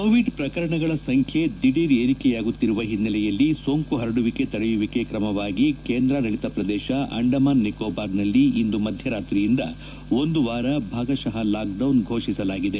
Covid ಪ್ರಕರಣಗಳ ಸಂಖ್ಯೆ ದಿಢೀರ್ ಏರಿಕೆಯಾಗುತ್ತಿರುವ ಹಿನ್ನೆಲೆಯಲ್ಲಿ ಸೋಂಕು ಪರಡುವಿಕೆ ತಡೆಯುವ ಕ್ರಮವಾಗಿ ಕೇಂದ್ರಾಡಳಿತ ಪ್ರದೇಶ ಅಂಡಮಾನ್ ನಿಕೋಬಾರ್ನಲ್ಲಿ ಇಂದು ಮಧ್ಯರಾತ್ರಿಯಿಂದ ಒಂದು ವಾರ ಭಾಗಶಃ ಲಾಕ್ಡೌನ್ ಫೋಷಿಸಲಾಗಿದೆ